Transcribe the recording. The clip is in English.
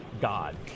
God